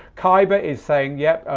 khyber is saying yep,